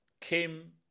came